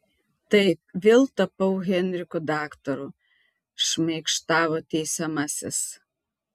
taip vėl tapau henriku daktaru šmaikštavo teisiamasis